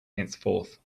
henceforth